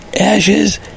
Ashes